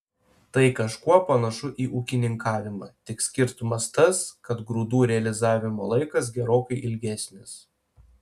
tai kažkuo panašu į ūkininkavimą tik skirtumas tas kad grūdų realizavimo laikas gerokai ilgesnis